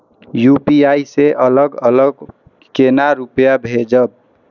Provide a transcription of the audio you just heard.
UPI से अलग अलग केना रुपया भेजब